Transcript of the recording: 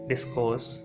Discourse